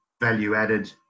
value-added